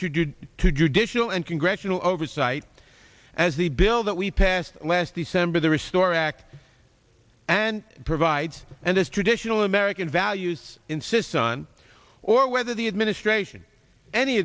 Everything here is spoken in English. subject to judicial and congressional oversight as the bill that we passed last december the restore act and provides and this traditional american values insists on or whether the administration any